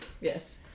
Yes